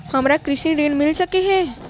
हमरा कृषि ऋण मिल सकै है?